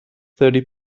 thirty